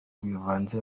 bivanze